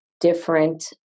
different